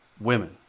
women